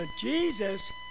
Jesus